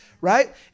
Right